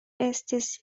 estis